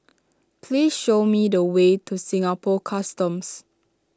please show me the way to Singapore Customs